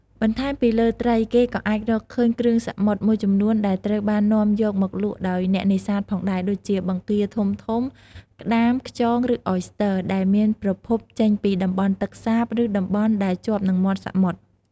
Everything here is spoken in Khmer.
បន្ថែមពីលើត្រី គេក៏អាចរកឃើញ គ្រឿងសមុទ្រ មួយចំនួនដែលត្រូវបាននាំយកមកលក់ដោយអ្នកនេសាទផងដែរ ដូចជាបង្គាធំៗ ក្ដាម ខ្យង និងអយស្ទ័រ ដែលមានប្រភពចេញពីតំបន់ទឹកសាប ឬតំបន់ដែលជាប់នឹងមាត់សមុទ្រ។